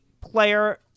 player